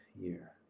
year